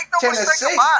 Tennessee